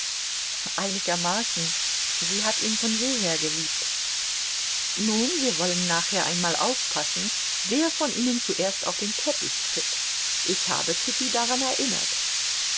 einigermaßen sie hat ihn von jeher geliebt nun wir wollen nachher einmal aufpassen wer von ihnen zuerst auf den teppich tritt ich habe kitty daran erinnert